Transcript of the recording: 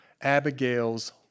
Abigail's